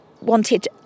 wanted